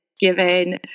given